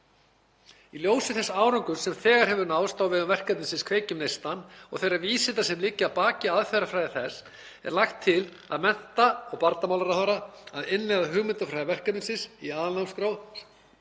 Í ljósi þess árangurs sem þegar hefur náðst á vegum verkefnisins Kveikjum neistann og þeirra vísinda sem liggja að baki aðferðafræði þess er lagt til að fela mennta- og barnamálaráðherra að innleiða hugmyndafræði verkefnisins í aðalnámskrá